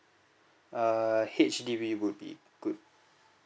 err H_D_B would be good